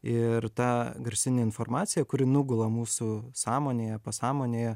ir ta garsinė informacija kuri nugula mūsų sąmonėje pasąmonėje